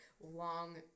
long